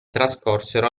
trascorsero